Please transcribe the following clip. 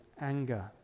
anger